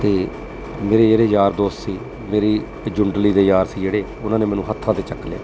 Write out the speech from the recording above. ਅਤੇ ਮੇਰੇ ਜਿਹੜੇ ਯਾਰ ਦੋਸਤ ਸੀ ਮੇਰੀ ਜੁੰਡਲੀ ਦੇ ਯਾਰ ਸੀ ਜਿਹੜੇ ਉਹਨਾਂ ਨੇ ਮੈਨੂੰ ਹੱਥਾਂ 'ਤੇ ਚੱਕ ਲਿਆ